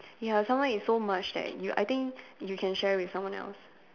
ya some more it's so much that you I think you can share with someone else